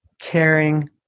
caring